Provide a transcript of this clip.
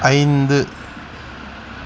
ஐந்து